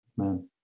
Amen